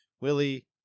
Willie